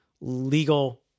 legal